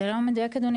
זה לא מדויק אדוני,